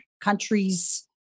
Countries